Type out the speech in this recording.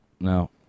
no